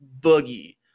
boogie